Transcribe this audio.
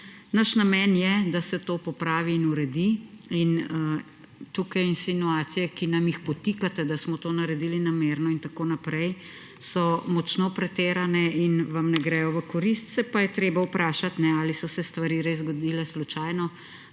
Naš namen je, da se to popravi in uredi in tukaj insinuacije, ki nam jih potikate, da smo to naredili namerno in tako naprej, so močno pretirane in vam ne grejo v korist. Se pa je treba vprašati, ali so se stvari res zgodile slučajno